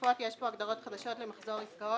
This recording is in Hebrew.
התקופות יש פה הגדרות חדשות ל"מחזור עסקאות".